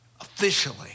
officially